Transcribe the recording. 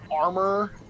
armor